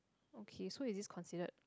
okay so is this considered